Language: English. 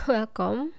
Welcome